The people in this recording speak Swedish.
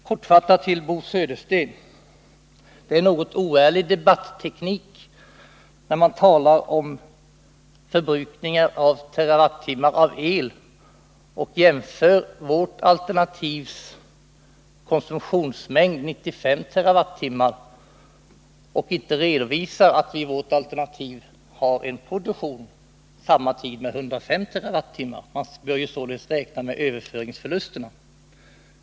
Kortfattat till Bo Södersten: Det är en något oärlig debatteknik att tala om elförbrukningen i TWh och ta upp vårt alternativs konsumtionsmängd, 95 TWh, till jämförelse men inte redovisa att vi i vårt alternativ har en produktion under samma tid på 105 TWh. Man bör således räkna med överföringsförlusterna.